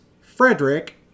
Frederick